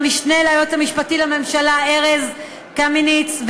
למשנה ליועץ המשפטי לממשלה ארז קמיניץ,